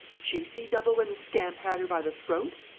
did she see double when the scamp had her by the throat?